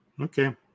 Okay